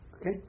Okay